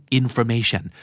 information